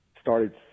Started